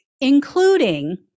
including